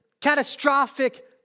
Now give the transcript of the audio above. catastrophic